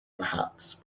perhaps